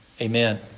Amen